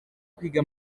kwiga